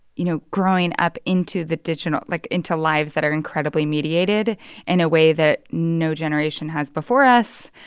you know, growing up into the digital, like, into lives that are incredibly mediated in a way that no generation has before us,